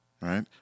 right